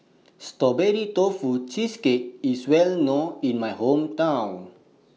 Strawberry Tofu Cheesecake IS Well known in My Hometown